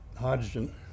hydrogen